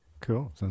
Cool